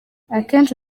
akenshi